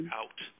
out